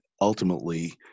ultimately